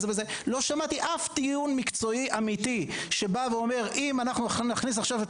לא שמעתי אף טיעון מקצועי אמיתי שבא ואומר שאם נכניס עכשיו את